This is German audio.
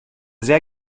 sehr